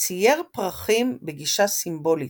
צייר פרחים בגישה סימבולית,